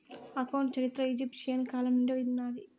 account చరిత్ర ఈజిప్షియన్ల కాలం నుండే ఉన్నాది